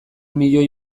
milioi